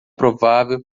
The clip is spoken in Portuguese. provável